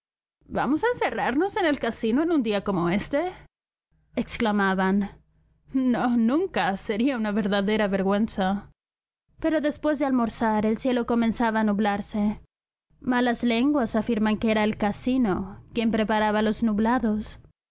vamos a encerrarnos en el casino en un día como éste exclamaban no nunca sería una verdadera vergüenza pero después de almorzar el cielo comenzaba a nublarse malas lenguas afirman que era el casino quien preparaba los nublados